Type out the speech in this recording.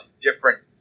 different